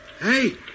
Hey